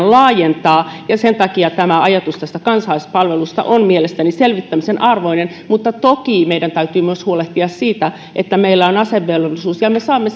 laajentaa ja sen takia ajatus tästä kansalaispalvelusta on mielestäni selvittämisen arvoinen mutta toki meidän täytyy myös huolehtia siitä että meillä on asevelvollisuus ja me saamme